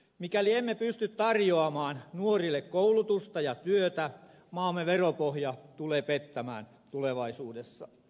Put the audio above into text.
mikäli emme pysty tarjoamaan nuorille koulutusta ja työtä maamme veropohja tulee pettämään tulevaisuudessa